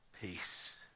peace